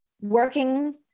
working